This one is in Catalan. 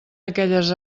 aquelles